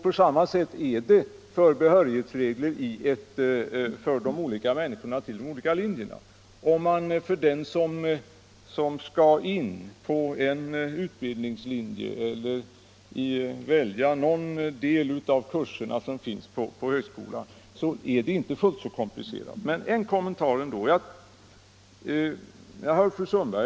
På samma sätt är det med behörighetsreglerna. För de människor som söker till de olika utbildningslinjerna och har att välja någon del av de kurser som finns på högskolan är det inte fullt så komplicerat. En kommentar ytterligare till fru Sundberg.